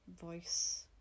voice